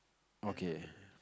okay